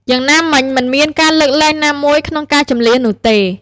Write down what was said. យ៉ាងណាមិញ មិនមានការលើកលែងណាមួយក្នុងការជម្លៀសនោះទេ។